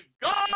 God